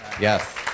yes